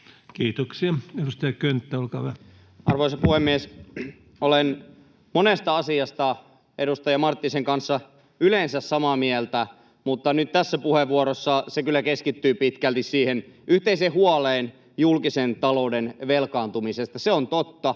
Time: 20:07 Content: Arvoisa puhemies! Olen monesta asiasta edustaja Marttisen kanssa yleensä samaa mieltä, mutta nyt tässä puheenvuorossa se kyllä keskittyy pitkälti yhteiseen huoleen julkisen talouden velkaantumisesta. Se on totta,